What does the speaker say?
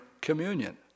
communion